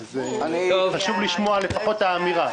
חשוב לשמוע לפחות את האמירה.